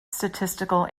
statistical